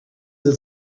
that